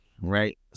right